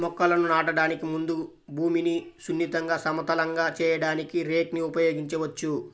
మొక్కలను నాటడానికి ముందు భూమిని సున్నితంగా, సమతలంగా చేయడానికి రేక్ ని ఉపయోగించవచ్చు